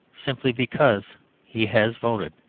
simply because he has voted.